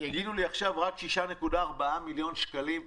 --- לי עכשיו רק 6.4 מיליון שקלים.